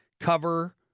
cover